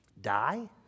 die